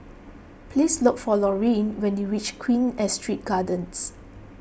please look for Laureen when you reach Queen Astrid Gardens